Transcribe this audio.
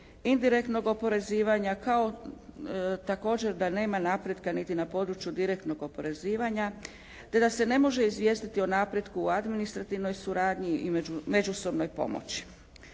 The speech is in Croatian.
indirektnog oporezivanja kao također da nema napretka niti na području direktnog oporezivanja, te da se ne može izvijestiti o napretku o administrativnoj suradnji i međusobnoj pomoći.